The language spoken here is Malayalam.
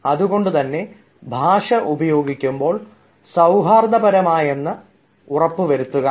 അതുകൊണ്ടുതന്നെ ഭാഷ ഉപയോഗിക്കുമ്പോൾ അത് സൌഹാർദപരമായതെന്ന് ഉറപ്പുവരുത്തുക